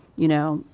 you know,